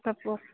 हा त पोइ